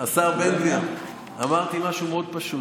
השר בן גביר, אמרתי משהו מאוד פשוט.